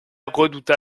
redouta